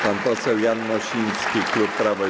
Pan poseł Jan Mosiński, klub Prawo i